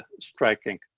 striking